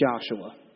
Joshua